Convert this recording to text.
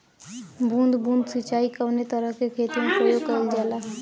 बूंद बूंद सिंचाई कवने तरह के खेती में प्रयोग कइलजाला?